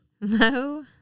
no